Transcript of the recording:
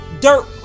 dirt